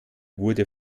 wurde